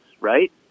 right